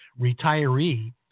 retiree